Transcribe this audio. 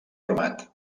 armat